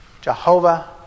Jehovah